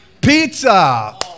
Pizza